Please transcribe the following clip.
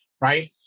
right